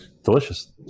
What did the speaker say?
Delicious